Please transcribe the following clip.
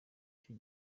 cyo